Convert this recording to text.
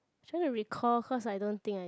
trying to recall cause I don't think I